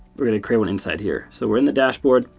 we're going to create one inside here. so we're in the dashboard.